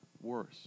worse